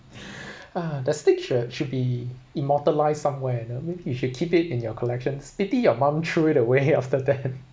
ah that stick should should be immortalised somewhere you know maybe you should keep it in your collections pity your mum threw it away after that